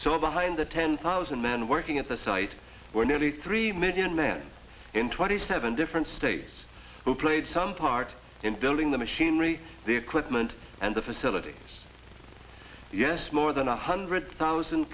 so behind the ten thousand men working at the site were nearly three million men in twenty seven different states who played some part in building the machinery the equipment and the facility yes more than a hundred thousand